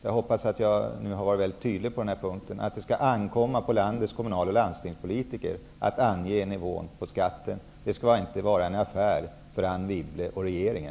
Jag hoppas att jag nu varit väldigt tydlig på den här punkten, att det skall ankomma på landets kommunal och landstingspolitiker att ange nivån på skatten. Det skall inte vara en affär för Anne